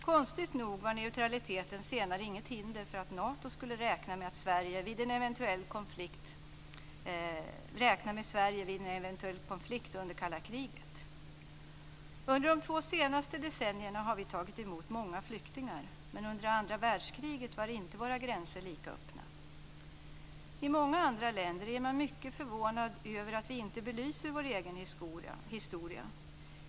Konstigt nog var neutraliteten senare inget hinder för att Nato skulle räkna med Sverige vid en eventuell konflikt under kalla kriget. Under de två senaste decennierna har vi tagit emot många flyktingar, men under andra världskriget var våra gränser inte lika öppna. I många andra länder är man mycket förvånad över att vi inte belyser vår egen historia.